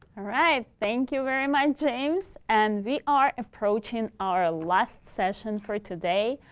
right. thank you very much, james. and we are approaching our last session for today,